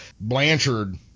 Blanchard